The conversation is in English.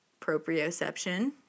proprioception